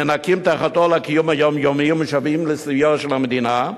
נאנקים תחת עול הקיום היומיומי ומשוועים לסיוע של המדינה.